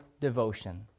devotion